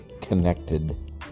connected